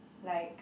like